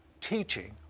teaching